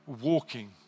walking